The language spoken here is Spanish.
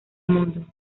mundo